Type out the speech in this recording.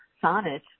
sonnet